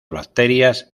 bacterias